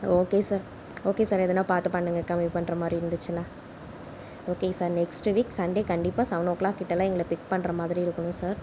okay sir okay sir எதனால் பார்த்து பண்ணுங்க கம்மி பண்ணுற மாதிரி இருந்துச்சுனால் okay sir next week Sunday கண்டிப்பாக சவனோ கிளாக் கிட்டெலாம் எங்களை பிக் பண்ணுற மாதிரி இருக்கணும் சார்